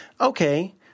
okay